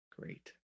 great